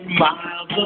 miles